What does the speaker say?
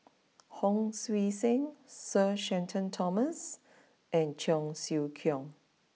Hon Sui Sen Sir Shenton Thomas and Cheong Siew Keong